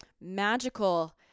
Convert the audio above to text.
magical